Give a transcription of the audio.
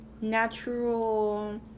natural